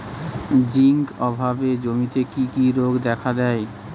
Zinc অভাবে জমিতে কি কি রোগ দেখাদেয়?